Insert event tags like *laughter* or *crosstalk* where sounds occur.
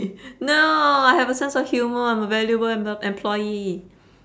*noise* no I have a sense of humour I am a valuable emp~ employee